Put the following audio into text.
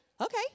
okay